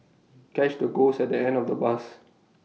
catch the ghost at the end of the bus